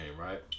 right